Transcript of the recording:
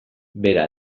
bera